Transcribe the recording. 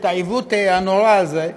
את העיוות הנורא הזה,